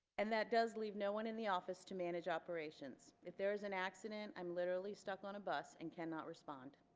and that does leave no one in the office to manage operations if there is an accident i'm literally stuck on a bus and cannot respond